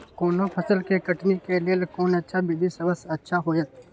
कोनो फसल के कटनी के लेल कोन अच्छा विधि सबसँ अच्छा होयत?